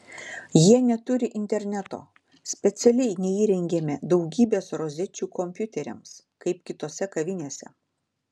jie neturi interneto specialiai neįrengėme daugybės rozečių kompiuteriams kaip kitose kavinėse